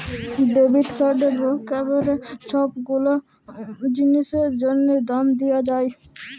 debit কাড়ে ক্যইরে ছব গুলা জিলিসের জ্যনহে দাম দিয়া যায়